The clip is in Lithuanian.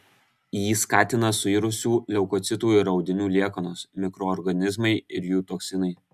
jį skatina suirusių leukocitų ir audinių liekanos mikroorganizmai ir jų toksinai